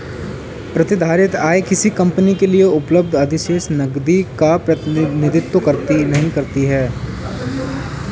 प्रतिधारित आय किसी कंपनी के लिए उपलब्ध अधिशेष नकदी का प्रतिनिधित्व नहीं करती है